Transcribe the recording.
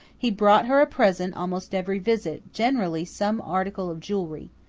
he brought her present almost every visit generally some article of jewelry.